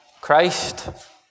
Christ